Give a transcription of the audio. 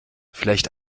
vielleicht